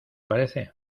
parece